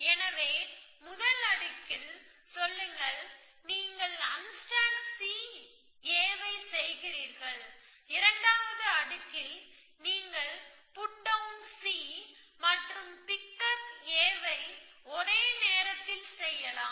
எனவே முதல் அடுக்கில் சொல்லுங்கள் நீங்கள் அன்ஸ்டேக் C A செய்கிறீர்கள் இரண்டாவது அடுக்கில் நீங்கள் புட்டவுன் C மற்றும் பிக்கப் A ஐ ஒரே நேரத்தில் செய்யலாம்